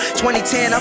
2010